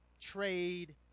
trade